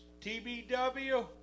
TBW